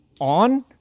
on